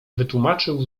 wytłumaczył